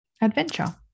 adventure